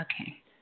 Okay